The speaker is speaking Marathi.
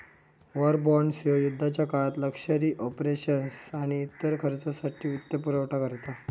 वॉर बॉण्ड्स ह्यो युद्धाच्या काळात लष्करी ऑपरेशन्स आणि इतर खर्चासाठी वित्तपुरवठा करता